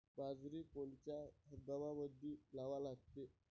बाजरी कोनच्या हंगामामंदी लावा लागते?